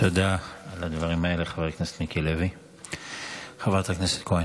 תודה על הדברים האלה, חבר הכנסת מיקי לוי.